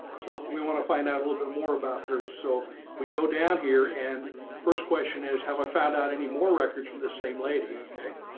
so we want to find out a little bit more about her. so we go down here and first question is how i found out any more records for the same lady. okay,